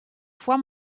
foar